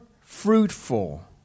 fruitful